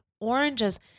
oranges